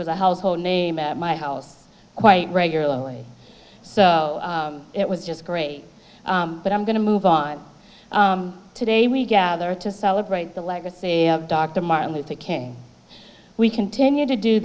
was a household name at my house quite regularly so it was just great but i'm going to move on today we gather to celebrate the legacy of dr martin luther king we continue to do